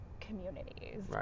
communities